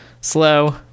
slow